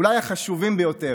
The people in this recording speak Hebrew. אולי החשובים ביותר,